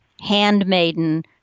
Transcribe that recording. handmaiden